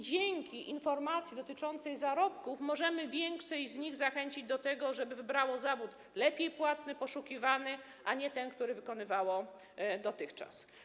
Dzięki informacji dotyczącej zarobków możemy większość z nich zachęcić do tego, żeby wybrało zawód lepiej płatny, poszukiwany, a nie ten, który wykonywało dotychczas.